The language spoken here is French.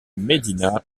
medina